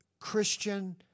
Christian